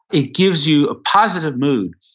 it gives you a positive mood,